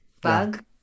bug